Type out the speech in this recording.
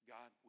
God